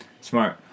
Smart